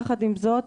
יחד עם זאת,